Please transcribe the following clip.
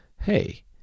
hey